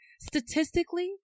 statistically